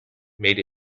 made